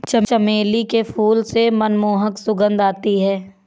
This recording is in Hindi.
चमेली के फूल से मनमोहक सुगंध आती है